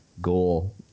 goal